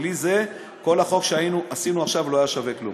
בלי זה כל החוק שעשינו עכשיו לא היה שווה כלום.